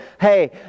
hey